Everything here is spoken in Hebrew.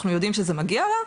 אנחנו יודעים שזה מגיע לה,